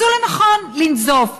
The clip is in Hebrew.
מצאו לנכון לנזוף.